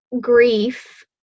grief